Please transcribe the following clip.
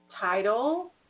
title